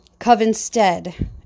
Covenstead